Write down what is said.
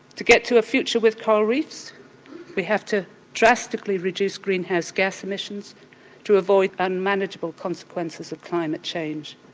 to get to a future with coral reefs we have to drastically reduce greenhouse gas emissions to avoid unmanageable consequences of climate change.